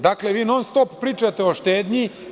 Dakle, vi non stop pričate o štednji.